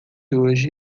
hoje